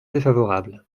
défavorable